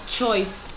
choice